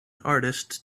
artist